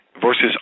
versus